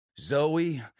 Zoe